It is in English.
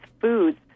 foods